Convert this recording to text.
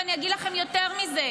ואני אגיד לכם יותר מזה,